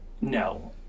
No